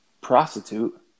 prostitute